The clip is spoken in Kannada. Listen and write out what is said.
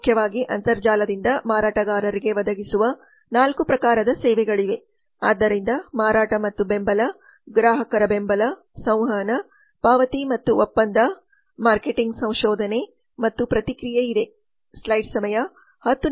ಮುಖ್ಯವಾಗಿ ಅಂತರ್ಜಾಲದಿಂದ ಮಾರಾಟಗಾರರಿಗೆ ಒದಗಿಸುವ 4 ಪ್ರಕಾರದ ಸೇವೆಗಳಿವೆ ಆದ್ದರಿಂದ ಮಾರಾಟ ಮತ್ತು ಬೆಂಬಲ ಗ್ರಾಹಕರ ಬೆಂಬಲ ಸಂವಹನ ಪಾವತಿ ಮತ್ತು ಒಪ್ಪಂದ payments and settlement ಮಾರ್ಕೆಟಿಂಗ್ ಸಂಶೋಧನೆ ಮತ್ತು ಪ್ರತಿಕ್ರಿಯೆಇದೆ